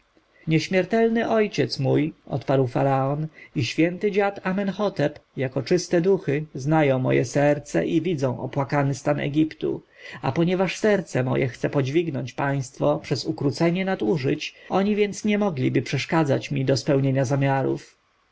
pani nieśmiertelny ojciec mój odparł faraon i święty dziad amenhotep jako czyste duchy znają moje serce i widzą opłakany stan egiptu a ponieważ serce moje chce podźwignąć państwo przez ukrócenie nadużyć oni więc nie mogliby przeszkadzać mi do spełnienia zamiarów